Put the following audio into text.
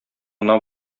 гына